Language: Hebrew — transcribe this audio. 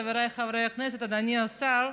חבריי חברי הכנסת, אדוני השר,